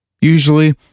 usually